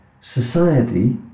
society